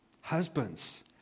Husbands